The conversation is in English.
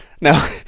Now